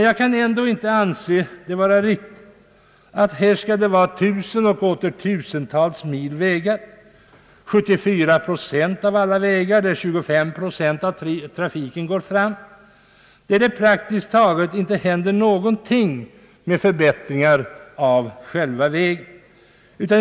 Jag kan ändå inte anse det vara riktigt att här skall det vara tusen och åter tusen mil sådana vägar som är och förblir avglömda. På 74 procent av alla vägar, där 25 procent av trafiken går fram, sker praktiskt taget inga som helst vägförbättringar.